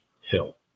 Hill